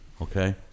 Okay